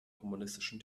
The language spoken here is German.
kommunistischen